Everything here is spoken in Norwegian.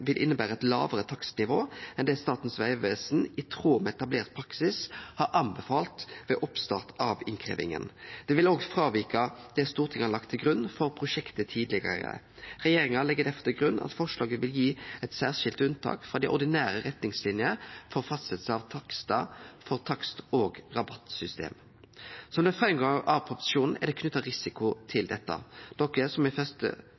vil innebere eit lågare takstnivå enn det Statens vegvesen i tråd med etablert praksis har anbefalt ved oppstart av innkrevjinga. Det vil òg fråvike det Stortinget har lagt til grunn for prosjektet tidlegare. Regjeringa legg derfor til grunn at forslaget vil gi eit særskilt unntak frå dei ordinære retningslinjene for fastsetjing av takstar for takst- og rabattsystem. Som det går fram av proposisjonen, er det knytt risiko til dette, noko som i første